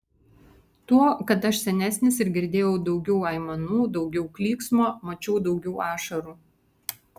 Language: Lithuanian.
tuo kad aš senesnis ir girdėjau daugiau aimanų daugiau klyksmo mačiau daugiau ašarų